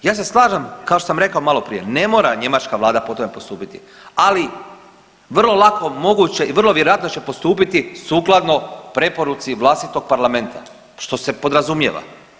Ja se slažem, kao što sam rekao maloprije, ne mora njemačka vlada po tome postupiti, ali vrlo lako moguće i vrlo vjerojatno će postupiti sukladno preporuci vlastitog parlamenta što se podrazumijeva.